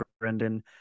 Brendan